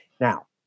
Now